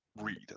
read